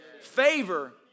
Favor